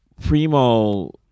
Primo